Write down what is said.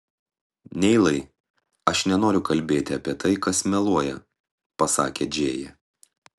neilai aš nenoriu kalbėti apie tai kas meluoja pasakė džėja